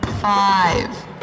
five